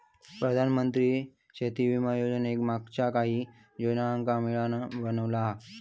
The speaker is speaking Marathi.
प्रधानमंत्री शेती विमा योजनेक मागच्या काहि योजनांका मिळान बनवला हा